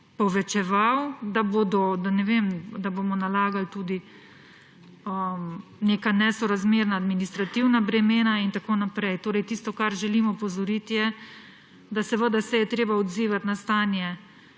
povečeval, da bomo nalagali tudi neka nesorazmerna in administrativna bremena in tako naprej. Tisto, na kar želim opozoriti, je, da se je treba odzivati na stanje,